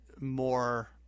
more